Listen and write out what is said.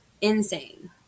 insane